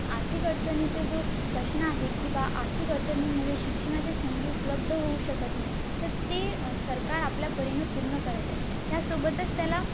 आर्थिक अडचणीचा जो प्रश्न आहे की बा आर्थिक अडचणीमुळे शिक्षणाची संधी उपलब्ध होऊ शकत नाही तर ते सरकार आपल्या परीने पूर्ण करत आहे त्यासोबतच त्याला